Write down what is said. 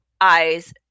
eyes